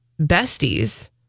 besties